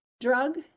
drug